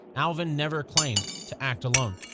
alvin never claimed to act alone.